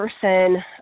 person